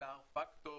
של ה-R factor,